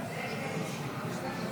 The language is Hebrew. ההסתייגות הוסרה.